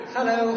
Hello